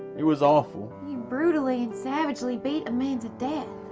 it was awful. you brutally and savagely beat a man to death.